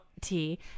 tea